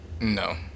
No